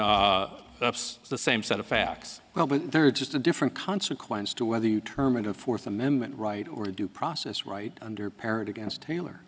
that's the same set of facts well but there are just a different consequence to whether you term and a fourth amendment right or due process right under parent against taylor